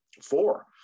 Four